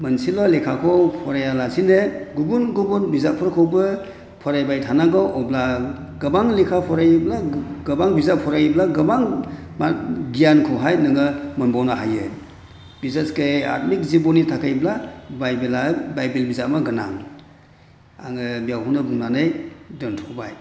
मोनसेल' लेखाखौ फरायालासिनो गुबुन गुबुन बिजाबफोरखौबो फरायबाय थानांगौ अब्ला गोबां लेखा फरायोब्ला गोबां बिजाब फरायोब्ला गोबां मा गियानखौहाय नोङो मोनबावनो हायो बिसेसकै आत्मिक जिबननि थाखायब्ला बाइबेल बिजाबा गोनां आङो बेवहायनो बुंनानै दोन्थ'बाय